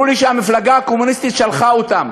אמרו לי שהמפלגה הקומוניסטית שלחה אותם,